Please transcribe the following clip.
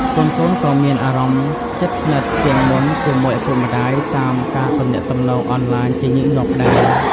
កូនៗក៏មានអារម្មណ៍ជិតស្និទ្ធជាងមុនជាមួយឪពុកម្តាយតាមការទំនាក់ទំនងអនឡាញជាញឹកញាប់ដែរ។